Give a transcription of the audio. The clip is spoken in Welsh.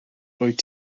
rwyt